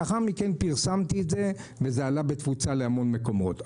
פרסמתי את זה וזה עלה בתפוצה להמון מקומות.